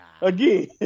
again